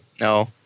No